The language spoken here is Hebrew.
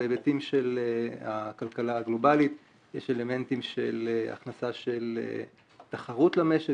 בהיבטים של הכלכלה הגלובלית יש אלמנטים של הכנסה של תחרות למשק,